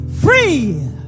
free